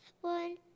One